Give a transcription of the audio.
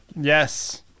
Yes